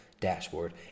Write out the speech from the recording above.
dashboard